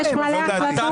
אתה